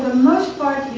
most part,